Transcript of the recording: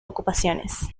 ocupaciones